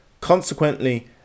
Consequently